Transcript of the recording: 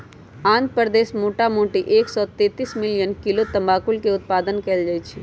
आंध्र प्रदेश मोटामोटी एक सौ तेतीस मिलियन किलो तमाकुलके उत्पादन कएल जाइ छइ